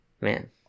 man